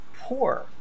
poor